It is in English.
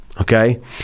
okay